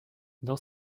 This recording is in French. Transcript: dans